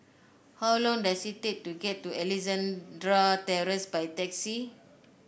how long does it take to get to Alexandra Terrace by taxi